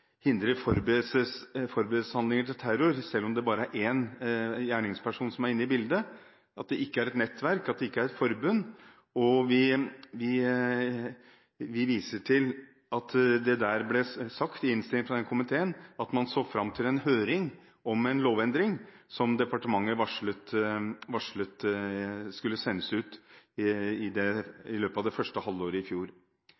er inne i bildet, og ikke et nettverk eller et forbund. Vi viser til at det i innstillingen fra den komiteen ble sagt at man så fram til høringsnotatet om en lovendring som departementet varslet at skulle sendes ut i